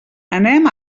anem